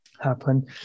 happen